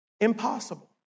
impossible